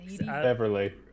Beverly